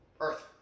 earth